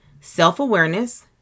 Self-awareness